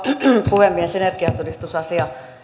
puhemies energiatodistusasia